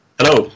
Hello